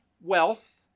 wealth